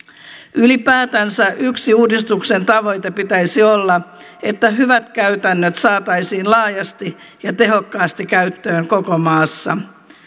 ylipäätänsä yhden uudistuksen tavoitteen pitäisi olla että hyvät käytännöt saataisiin laajasti ja tehokkaasti käyttöön koko maassa